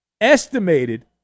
estimated